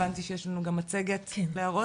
הבנתי שיש לנו גם מצגת להראות.